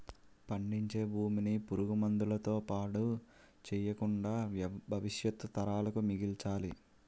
పండించే భూమిని పురుగు మందుల తో పాడు చెయ్యకుండా భవిష్యత్తు తరాలకు మిగల్చాలి